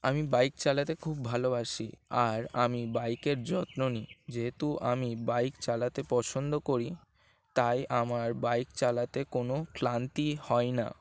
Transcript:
আমি বাইক চালাতে খুব ভালোবাসি আর আমি বাইকের যত্ন নিই যেহেতু আমি বাইক চালাতে পছন্দ করি তাই আমার বাইক চালাতে কোনো ক্লান্তি হয় না